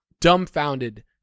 dumbfounded